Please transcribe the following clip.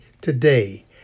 Today